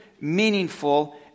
meaningful